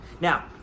Now